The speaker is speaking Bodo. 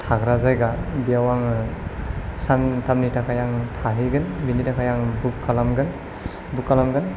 थाग्रा जायगा बेयाव आङो सानथामनि थाखाय आं थाहैगोन बेनि थाखाय आं बुक खालामगोन बुक खालामगोन